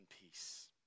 peace